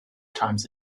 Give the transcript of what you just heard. times